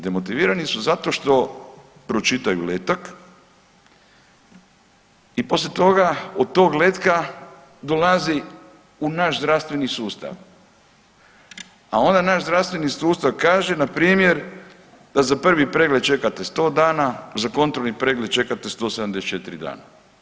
Demotivirani su zato što pročitaju letak i poslije toga od tog letka dolazi u naš zdravstveni sustav, a onda naš zdravstveni sustav kaže na primjer da za prvi pregled čekate 100 dana, za kontrolni pregled čekate 174 dana.